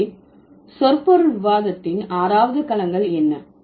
எனவே சொற்பொருள் விவாதத்தின் 6வது களங்கள் என்ன